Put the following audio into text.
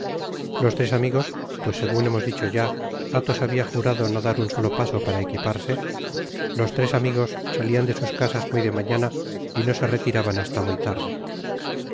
los tres amigos pues segun hemos dicho ya atbos habia jurado no dar un solo paso para equiparse los tres amigos salían de sus casas muy de mañana y no se retiraban hasta muy tarde